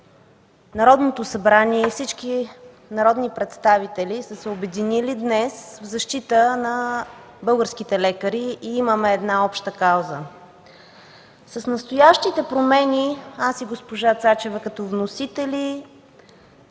Народното събрание и всички народни представители са се обединили днес в защита на българските лекари и имаме една обща кауза. С настоящите промени аз и госпожа Цачева, като вносители,